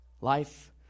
Life